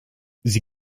sie